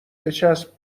بچسب